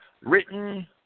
written